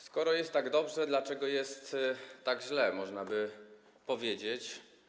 Skoro jest tak dobrze, dlaczego jest tak źle, można by powiedzieć.